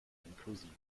inklusive